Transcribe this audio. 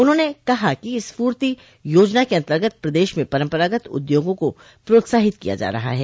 उन्होंने कहा कि स्फूर्ति योजना के अन्तर्गत प्रदेश में परम्परागत उद्योगों को प्रोत्साहित किया जा रहा है